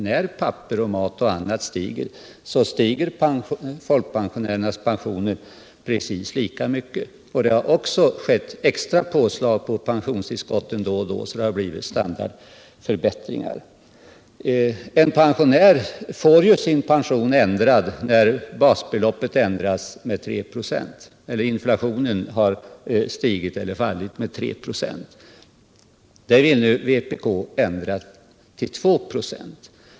När papper och mat och annat stiger så stiger folkpensionärernas pensioner precis lika mycket, och det har också skett extra påslag på pensionstillskotten då och då så att det blivit standardförbättringar. Pensionärerna får sin pension ändrad när basbeloppet ändrats med 3 96, när inflationen stigit eller fallit med 3 96. Vpk vill ha en ändring till 2 96.